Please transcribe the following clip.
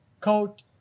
coat